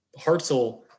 Hartzell